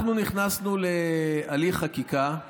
אנחנו נכנסנו להליך חקיקה,